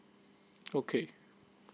okay